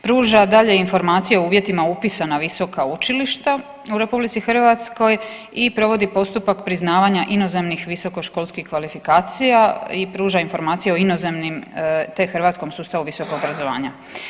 Pruža dalje informacije o uvjetima upisa na visoka učilišta u RH i provodi postupak priznavanja inozemnih visokoškolskih kvalifikacija i pruža informacije o inozemnim te hrvatskom sustavu visokog obrazovanja.